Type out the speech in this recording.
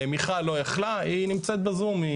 מיכל לא יכלה, היא נמצאת בזום.